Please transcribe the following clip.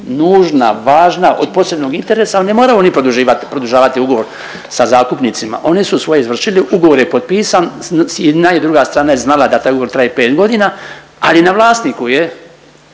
nužna, važna, od posebnog interesa, al ne moraju oni produživat, produžavat ugovor sa zakupnicima, oni su svoje izvršili, ugovor je potpisan i jedna i druga strana je znala da taj ugovor traje 5.g., ali na vlasniku je,